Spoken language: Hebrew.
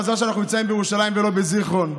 מזל שאנחנו נמצאים בירושלים ולא בזיכרון,